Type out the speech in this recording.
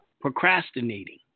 procrastinating